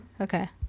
Okay